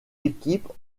équipe